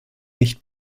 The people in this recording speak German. nicht